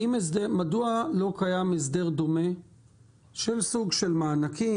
מדוע לא קיים הסדר דומה של סוג של מענקים,